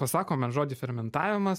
pasakome žodį fermentavimas